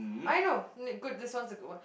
I know good this one is a good one